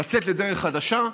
לצאת לדרך חדשה,